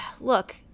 look